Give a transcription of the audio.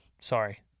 Sorry